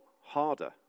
harder